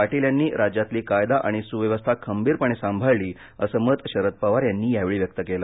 पाटील यांनी राज्यातली कायदा आणि सुव्यवस्था खंबीरपणे सांभाळली असं मत शरद पवार यांनी यावेळी व्यक्त केलं